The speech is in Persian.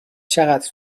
چقدر